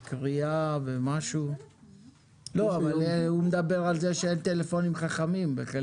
הוא מדבר על כך שאין טלפונים חכמים.